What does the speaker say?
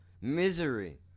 Misery